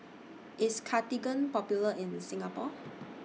IS Cartigain Popular in Singapore